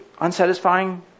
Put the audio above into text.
unsatisfying